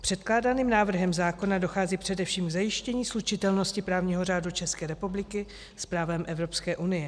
Předkládaným návrhem zákona dochází především k zajištění slučitelnosti právního řádu České republiky s právem Evropské unie.